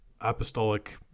apostolic